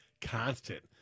constant